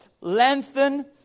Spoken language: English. lengthen